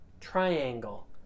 triangle